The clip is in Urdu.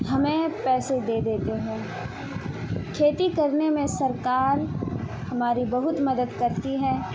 ہمیں پیسے دے دیتے ہیں کھیتی کرنے میں سرکار ہماری بہت مدد کرتی ہے